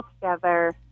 together